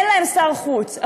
אין להן שר חוץ.